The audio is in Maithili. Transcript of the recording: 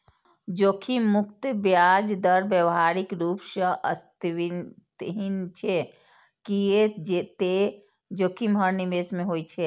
जोखिम मुक्त ब्याज दर व्यावहारिक रूप सं अस्तित्वहीन छै, कियै ते जोखिम हर निवेश मे होइ छै